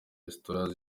restaurant